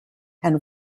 and